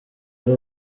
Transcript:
ari